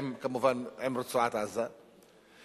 כמובן עם רצועת-עזה,